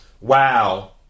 Wow